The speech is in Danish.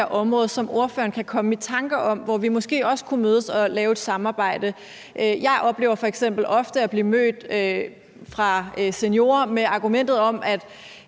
område, som ordføreren kan komme i tanke om, som vi måske også kunne mødes og lave et samarbejde om? Jeg hører f.eks. ofte, at seniorer bliver mødt med argumentet om, at